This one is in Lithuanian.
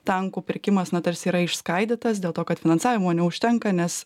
tankų pirkimas na tarsi yra išskaidytas dėl to kad finansavimo neužtenka nes